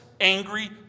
angry